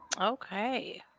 Okay